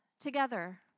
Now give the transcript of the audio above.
Together